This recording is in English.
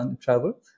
travel